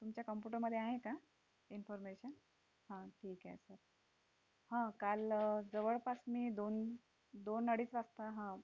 तुमच्या कॉम्प्युटरमध्ये आहे का इन्फर्मेशन हां ठीक आहे सर हं काल जवळपास मी दोन दोनअडीच वाजता हां